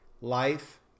life